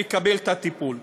לקבל את הטיפול?